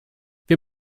wir